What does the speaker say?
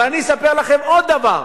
אבל, אני אספר לכם עוד דבר,